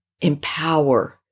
empower